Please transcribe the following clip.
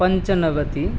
पञ्चनवति